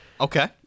Okay